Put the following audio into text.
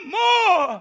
more